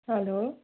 hello